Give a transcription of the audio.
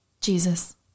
Jesus